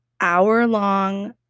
hour-long